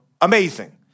amazing